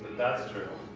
that's true.